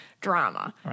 drama